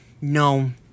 No